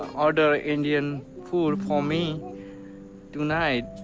order indian food for me tonight.